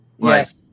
Yes